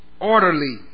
Orderly